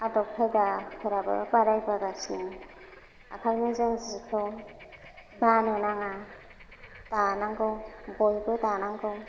आदब खायदाफोराबो बारायबोगासिनो आखायनो जों जिखौ बानो नाङा दानांगौ बयबो दानांगौ